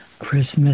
Christmas